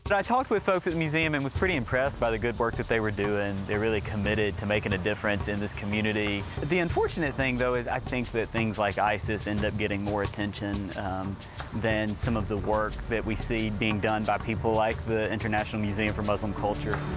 i talked with folks at museum and was pretty impressed by the good work that they were doing. they're really committed to making a difference in this community. the unfortunate thing, though, is i think that things like isis end up getting more attention than some of the work that we see being done by people like the international museum for muslim cultures.